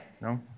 No